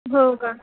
हो का